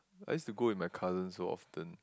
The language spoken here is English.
I used to go with my cousins so often